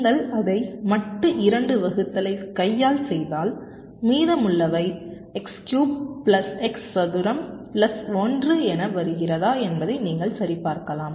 நீங்கள் அதை மட்டு 2 வகுத்தலை கையால் செய்தால் மீதமுள்ளவை எக்ஸ் கியூப் பிளஸ் எக்ஸ் சதுரம் பிளஸ் 1 என வருகிறதா என்பதை நீங்கள் சரிபார்க்கலாம்